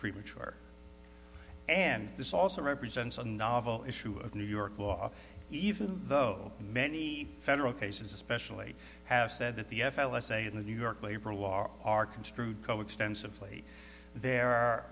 premature and this also represents a novel issue of new york law even though many federal cases especially have said that the f l s a in the new york labor law are construed coextensive plea there